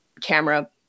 camera